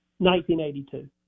1982